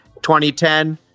2010